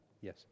Yes